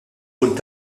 punt